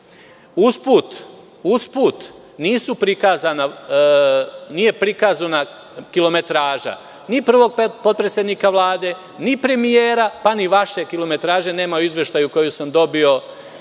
nije prikazana kilometraža ni prvog potpredsednika Vlade, ni premijera, pa ni vaše kilometraže nema u izveštaju koji sam dobio